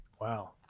Wow